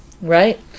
right